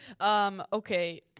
Okay